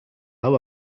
hau